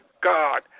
God